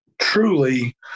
truly